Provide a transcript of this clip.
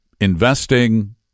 investing